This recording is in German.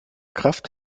kraft